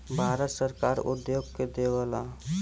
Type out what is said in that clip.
भारत सरकार उद्योग के देवऽला